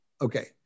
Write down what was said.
Okay